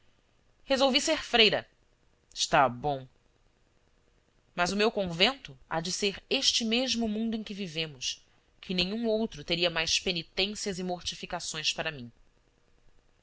resolvi ser freira está bom mas o meu convento há de ser este mesmo mundo em que vivemos que nenhum outro teria mais penitências e mortificações para mim